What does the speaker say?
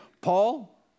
Paul